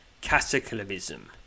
cataclysm